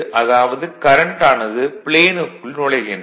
அதாவது கரண்ட் ஆனது ப்ளேனுக்குள் நுழைகின்றது